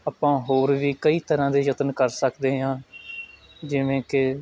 ਆਪਾਂ ਹੋਰ ਵੀ ਕਈ ਤਰ੍ਹਾਂ ਦੇ ਯਤਨ ਕਰ ਸਕਦੇ ਹਾਂ ਜਿਵੇਂ ਕਿ